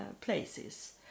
places